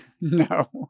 No